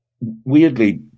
Weirdly